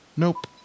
Nope